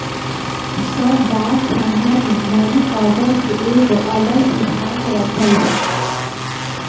सब डाक खाना मे मनी आर्डर के एगो अलगे विभाग रखल बा